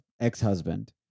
ex-husband